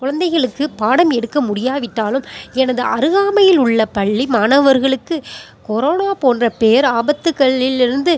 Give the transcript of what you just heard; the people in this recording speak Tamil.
குழந்தைகளுக்குப் பாடம் எடுக்க முடியாவிட்டாலும் எனது அருகாமையில் உள்ள பள்ளி மாணவர்களுக்கு கொரோனா போன்ற பேராபத்துகளில் இருந்து